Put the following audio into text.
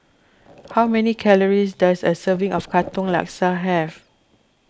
how many calories does a serving of Katong Laksa have